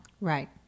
Right